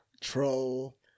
Troll